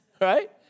right